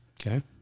Okay